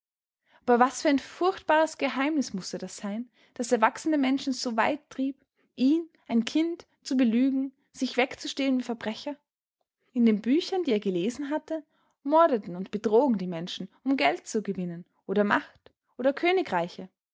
aber was für ein furchtbares geheimnis mußte das sein das erwachsene menschen so weit trieb ihn ein kind zu belügen sich wegzustehlen wie verbrecher in den büchern die er gelesen hatte mordeten und betrogen die menschen um geld zu gewinnen oder macht oder königreiche